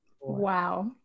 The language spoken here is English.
Wow